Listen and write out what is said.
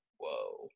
whoa